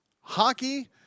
Hockey